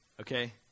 Okay